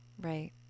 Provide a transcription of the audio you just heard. right